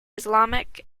islamic